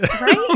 Right